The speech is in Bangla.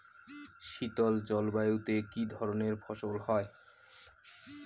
শীতল জলবায়ুতে কি ধরনের ফসল হয়?